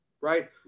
right